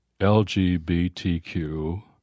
LGBTQ